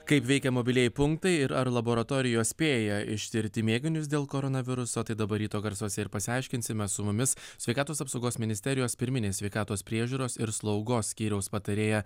kaip veikia mobilieji punktai ir ar laboratorijos spėja ištirti mėginius dėl koronaviruso tai dabar ryto garsuose ir pasiaiškinsime su mumis sveikatos apsaugos ministerijos pirminės sveikatos priežiūros ir slaugos skyriaus patarėja